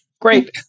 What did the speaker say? Great